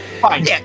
Fine